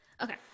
okay